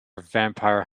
vampire